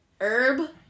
herb